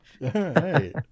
right